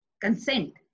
consent